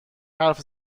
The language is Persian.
حرف